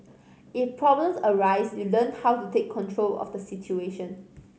if problems arise you learn how to take control of the situation